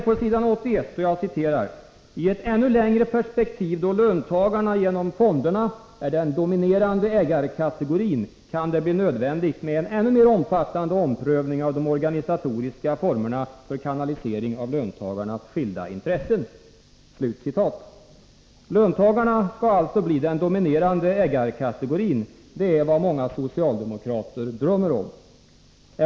På s. 81 heter det: ”I ett ännu längre perspektiv, då löntagarna genom fonderna är den dominerande ägarkategorin, kan det bli nödvändigt med en ännu mer omfattande omprövning av de organisatoriska formerna för kanalisering av löntagarnas skilda intressen.” Löntagarna skall alltså bli den dominerande ägarkategorin — det är vad många socialdemokrater drömmer om.